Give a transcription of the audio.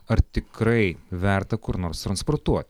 ar tikrai verta kur nors transportuoti